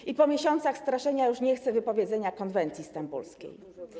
I po miesiącach straszenia już nie chce wypowiedzenia konwencji stambulskiej.